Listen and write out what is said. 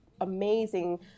amazing